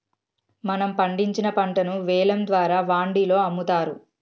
మనం పండించిన పంటను వేలం ద్వారా వాండిలో అమ్ముతారు